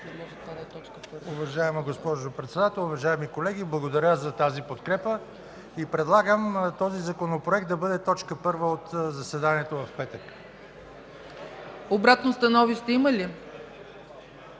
Обратно становище има ли?